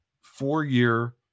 four-year